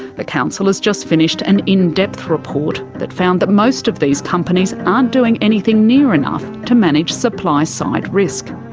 the council has just finished an in-depth report that found that most of these companies aren't doing anything near enough to manage supply side risk,